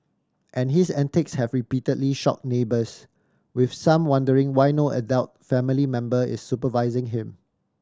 and his antics have repeatedly shock neighbours with some wondering why no adult family member is supervising him